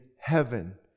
heaven